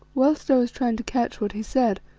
whilst i was trying to catch what he said,